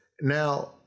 Now